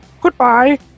goodbye